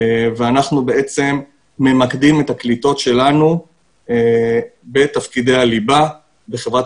אנחנו בעצם ממקדים את הקליטות שלנו בתפקידי הליבה בחברת